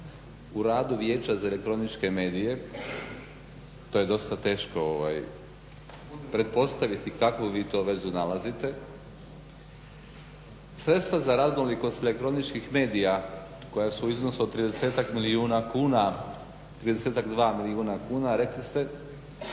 u radu Vijeća za elektroničke medije. To je dosta teško pretpostaviti kakvu vi to vezu nalazite. Sredstva za raznolikost elektroničkih medija koja su u iznosu od 30-tak milijuna kuna, 30-tak 2 milijuna kuna, rekli ste